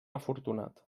afortunat